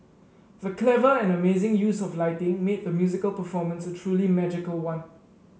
the clever and amazing use of lighting made the musical performance a truly magical one